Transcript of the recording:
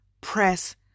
press